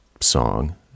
song